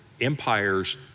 empires